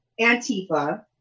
Antifa